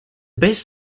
best